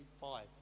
five